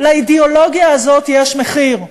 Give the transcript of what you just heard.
לאידיאולוגיה הזאת יש מחיר,